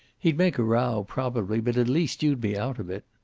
he'd make a row, probably, but at least you'd be out of it.